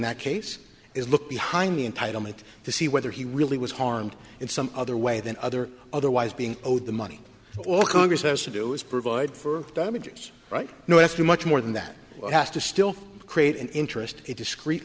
that case is look behind me entitle me to see whether he really was harmed in some other way than other otherwise being owed the money all congress has to do is provide for damages right now after much more than that it has to still create an interest a discreet